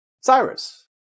Cyrus